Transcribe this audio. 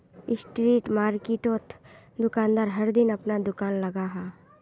street मार्किटोत दुकानदार हर दिन अपना दूकान लगाहा